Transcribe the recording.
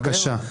בבקשה.